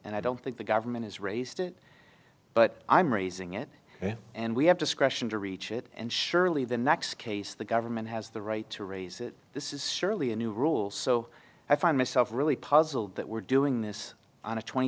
and i don't think the government has raised it but i'm raising it and we have discretion to reach it and surely the next case the government has the right to raise it this is surely a new rule so i find myself really puzzled that we're doing this on a twenty